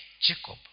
Jacob